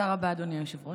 תודה רבה, אדוני היושב-ראש.